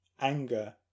anger